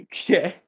Okay